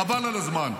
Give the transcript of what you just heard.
חבל על הזמן.